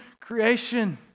creation